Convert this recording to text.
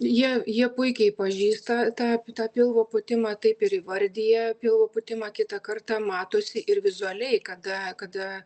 jie jie puikiai pažįsta tą tą pilvo pūtimą taip ir įvardija pilvo pūtimą kitą kartą matosi ir vizualiai kada kada